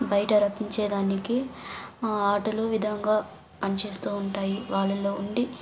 బయట రప్పించేదానికి ఆటలు విధంగా పనిచేస్తూ ఉంటాయి వాళ్ళల్లో ఉండే